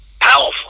Powerful